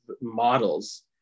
models